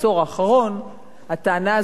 הטענה הזאת איננה נכונה.